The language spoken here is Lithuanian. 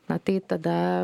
na tai tada